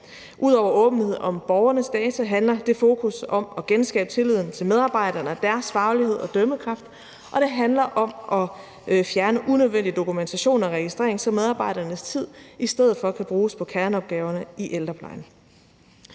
Ud over åbenhed om borgernes data handler det fokus om at genskabe tilliden til medarbejderne og deres faglighed og dømmekraft, og det handler om at fjerne unødvendig dokumentation og registrering, så medarbejdernes tid i stedet for kan bruges på kerneopgaverne i ældreplejen.